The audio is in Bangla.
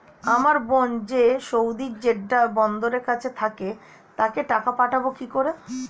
আমার বোন যে সৌদির জেড্ডা বন্দরের কাছে থাকে তাকে টাকা পাঠাবো কি করে?